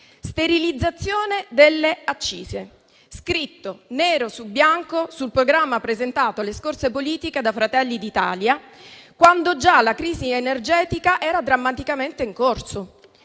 sterilizzazione delle accise, scritta nero su bianco sul programma presentato alle scorse politiche da Fratelli d'Italia, quando già la crisi energetica era drammaticamente in corso.